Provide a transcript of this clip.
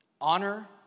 Honor